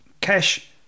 Cash